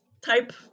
type